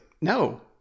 no